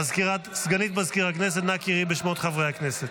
סגנית מזכיר הכנסת, נא קראי בשמות חברי הכנסת.